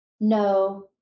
no